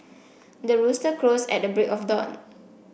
the rooster crows at the break of dawn